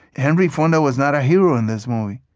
henry fonda was not a hero in this movie,